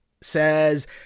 says